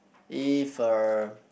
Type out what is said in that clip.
if uh